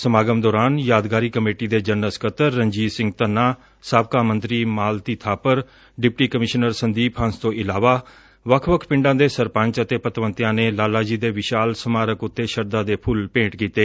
ਸਮਾਗਮ ਦੌਰਾਨ ਯਾਦਗਾਰੀ ਕਮੇਟੀ ਦੇ ਜਨਰਲ ਸਕੱਤਰ ਰਣਜੀਤ ਸਿੰਘ ਧੰਨਾ ਸਾਬਕਾ ਮੰਤਰੀ ਮਾਲਤੀ ਬਾਪਰ ਡਿਪਟੀ ਕਮਿਸ਼ਨਰ ਸੰਦੀਪ ਹੰਸ ਤੋਂ ਇਲਾਵਾ ਵੱਖ ਵੱਖ ਪਿੰਡਾਂ ਦੇ ਸਰਪੰਚ ਅਤੇ ਪਤਵੰਤਿਆਂ ਨੇ ਲਾਲਾ ਜੀ ਦੇ ਵਿਸ਼ਾਲ ਸਮਾਰਕ ਤੇ ਸ਼ਰਧਾ ਦੇ ਫੂੱਲ ਭੇਂਟ ਕੀਤੇ